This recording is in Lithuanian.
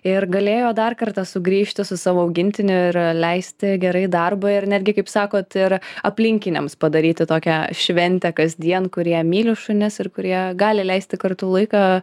ir galėjo dar kartą sugrįžti su savo augintiniu ir leisti gerai darbą ir netgi kaip sakot ir aplinkiniams padaryti tokią šventę kasdien kurie myli šunis ir kurie gali leisti kartu laiką